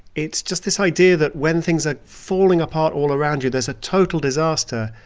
it's just this idea that when things are falling apart all around you, there's a total disaster,